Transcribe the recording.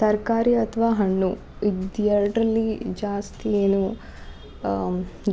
ತರಕಾರಿ ಅಥ್ವಾ ಹಣ್ಣು ಇದು ಎರಡರಲ್ಲಿ ಜಾಸ್ತಿ ಏನೂ